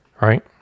Right